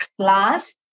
class